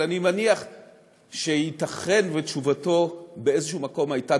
אבל אני מניח שייתכן שתשובתו באיזה מקום הייתה